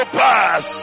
pass